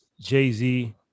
Jay-Z